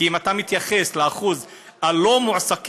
כי אם אתה מתייחס לאחוז הלא-מועסקים,